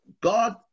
God